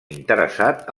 interessat